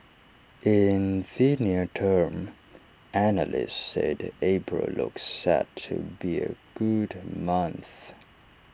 in the near term analysts said April looks set to be A good month